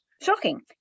Shocking